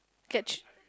get